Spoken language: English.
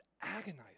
agonizing